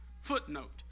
footnote